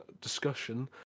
discussion